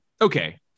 Okay